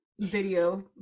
video